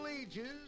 Ages